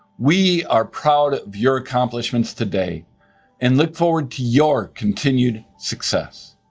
we are proud of your accomplishment today and look forward to your continued success.